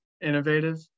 innovative